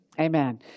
Amen